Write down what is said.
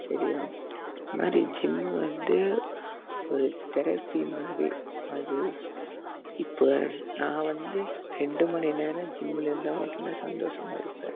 சரியா இந்தமாதிரி ஜிம்மு வந்து ஒரு தெரபி மாதிரி அது இப்போ நான் வந்து ரெண்டு மணி நேரம் ஜிம்மில் இருந்தால் மட்டும்தான் சந்தோஷமாக இருப்பேன்